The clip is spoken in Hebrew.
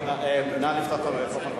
המיקרופון.